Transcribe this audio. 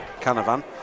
canavan